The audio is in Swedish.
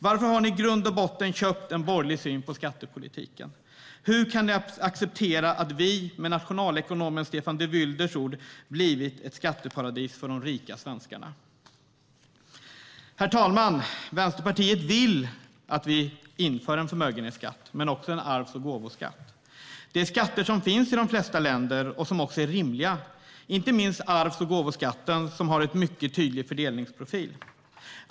Varför har ni köpt en i grund och botten borgerlig syn på skattepolitiken? Hur kan ni acceptera att Sverige med nationalekonomen Stefan de Vylders ord "har blivit de rikas skatteparadis"? Herr talman! Vänsterpartiet vill att Sverige inför en förmögenhetsskatt och en arvs och gåvoskatt. Det är skatter som finns i de flesta länder och som också är rimliga. Det gäller inte minst arvs och gåvoskatten, som har en mycket tydlig fördelningsprofil.